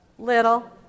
little